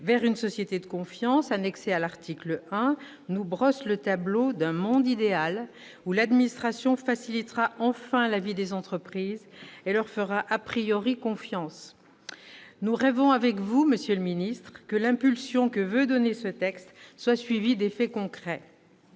vers une société de confiance, annexée à l'article 1, nous brosse le tableau d'un monde idéal, où l'administration facilitera enfin la vie des entreprises et leur fera confiance. Nous rêvons, avec vous, monsieur le secrétaire d'État, que l'impulsion que veut donner ce texte soit suivie d'effets concrets.